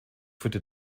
führte